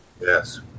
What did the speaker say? Yes